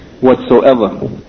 whatsoever